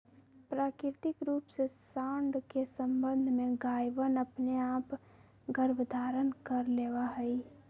प्राकृतिक रूप से साँड के सबंध से गायवनअपने आप गर्भधारण कर लेवा हई